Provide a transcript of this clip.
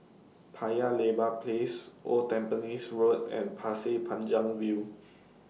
Paya Lebar Place Old Tampines Road and Pasir Panjang View